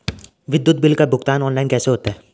विद्युत बिल का भुगतान ऑनलाइन कैसे होता है?